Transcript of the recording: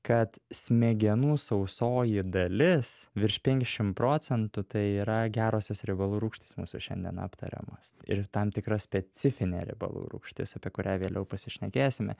kad smegenų sausoji dalis virš penkiasdešim procentų tai yra gerosios riebalų rūgštys mūsų šiandien aptariamos ir tam tikra specifinė riebalų rūgštis apie kurią vėliau pasišnekėsime